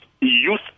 youth